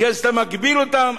כי אז אתה מגביל אותם.